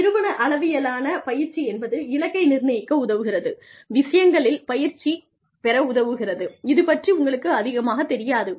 நிறுவன அளவிலான பயிற்சி என்பது இலக்கை நிர்ணயிக்க உதவுகிறது விஷயங்களில் பயிற்சி பெற உதவுகிறது இது பற்றி உங்களுக்கு அதிகமாகத் தெரியாது